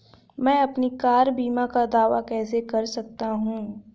मैं अपनी कार बीमा का दावा कैसे कर सकता हूं?